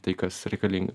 tai kas reikalinga